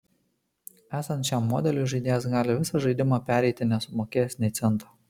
esant šiam modeliui žaidėjas gali visą žaidimą pereiti nesumokėjęs nė cento